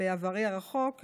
בעברי הרחוק,